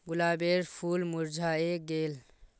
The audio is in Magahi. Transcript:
गुलाबेर फूल मुर्झाए गेल